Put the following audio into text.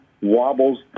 wobbles